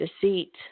deceit